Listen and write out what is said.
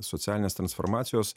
socialinės transformacijos